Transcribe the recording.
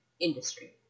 industry